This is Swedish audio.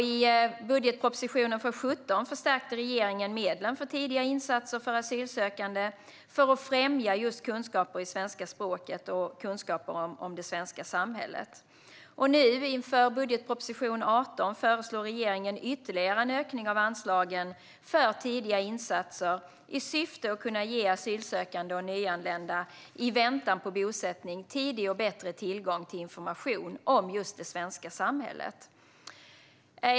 I budgetpropositionen för 2017 förstärkte regeringen medlen för tidiga insatser för asylsökande för att främja just kunskaper i svenska språket och om det svenska samhället. Nu, inför budgeten för 2018, föreslår regeringen en ytterligare ökning av anslagen för tidiga insatser i syfte att ge asylsökande och nyanlända i väntan på bosättning tidig och bättre tillgång till information om just det svenska samhället.